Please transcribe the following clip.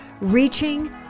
reaching